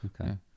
Okay